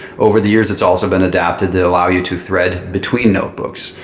over the years, it's also been adapted to allow you to thread between notebooks.